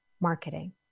marketing